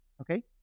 okay